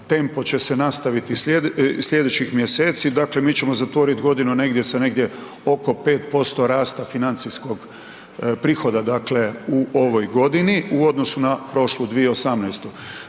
tempo će se nastaviti i sljedećih mjeseci, dakle mi ćemo zatvoriti godinu negdje sa negdje oko 5% rasta financijskog prihoda dakle u ovoj godini u odnosu na prošlu 2018.